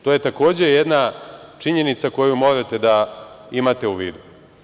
To je takođe jedna činjenica koju morate da imate u vidu.